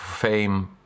fame